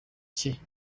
cye